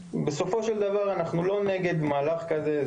אנחנו לא נגד מהלך כזה.